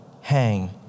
Hang